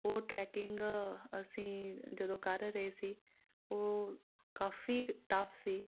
ਉਹ ਟਰੈਕਿੰਗ ਅਸੀਂ ਜਦੋਂ ਕਰ ਰਹੇ ਸੀ ਉਹ ਕਾਫ਼ੀ ਟਫ ਸੀ